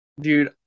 Dude